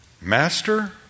Master